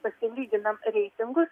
pasilyginam reitingus